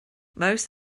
most